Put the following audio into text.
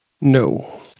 no